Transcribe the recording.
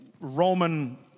Roman